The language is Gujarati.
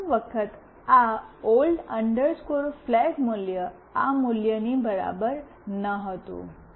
પ્રથમ વખત આ ઓલ્ડ ફ્લેગ મૂલ્ય આ મૂલ્યની બરાબર ન હતું